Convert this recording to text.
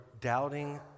doubting